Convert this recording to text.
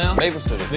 maplestory